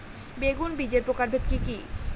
বেগুন বীজের প্রকারভেদ কি কী?